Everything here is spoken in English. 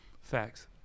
Facts